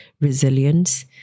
resilience